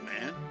man